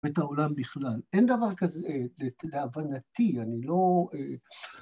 ‫את העולם בכלל. ‫אין דבר כזה להבנתי, אני לא...